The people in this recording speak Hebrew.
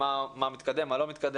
מה מתקדם ומה לא מתקדם.